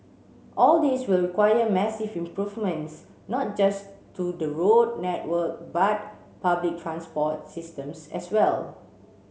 all this will require massive improvements not just to the road network but public transport systems as well